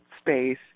space